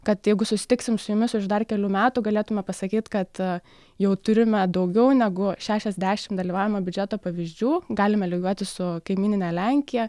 kad jeigu susitiksim su jumis už dar kelių metų galėtume pasakyt kad jau turime daugiau negu šešiasdešim dalyvaujamo biudžeto pavyzdžių galime lygiuotis su kaimynine lenkija